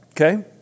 Okay